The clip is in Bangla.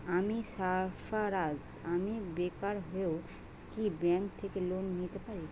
আমি সার্ফারাজ, আমি বেকার হয়েও কি ব্যঙ্ক থেকে লোন নিতে পারি?